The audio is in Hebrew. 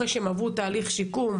אחרי שהם עברו תהליך שיקום,